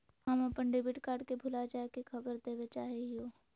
हम अप्पन debit card के भुला जाये के खबर देवे चाहे हियो